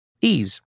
Ease